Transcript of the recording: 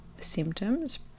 symptoms